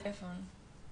חן בבקשה.